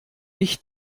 ich